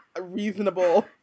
reasonable